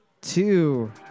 two